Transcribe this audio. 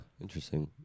Interesting